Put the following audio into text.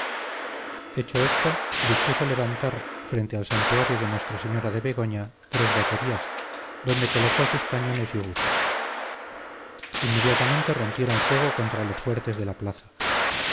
hecho esto dispuso levantar frente al santuario de nuestra señora de begoña tres baterías donde colocó sus cañones y obuses inmediatamente rompieron fuego contra los fuertes de la plaza